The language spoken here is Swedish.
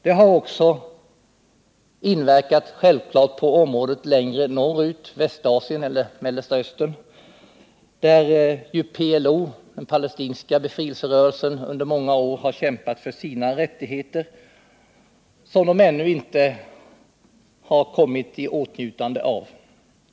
Detta har självfallet också inverkat på området längre norrut, Västasien eller Mellersta Östern, där PLO, palestiniernas befrielserörelse, under många år har kämpat för sina rättigheter, som den dock ännu inte kommit i åtnjutande av.